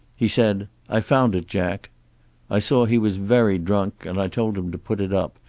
he said i found it, jack i saw he was very drunk, and i told him to put it up,